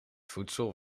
voedsel